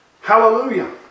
Hallelujah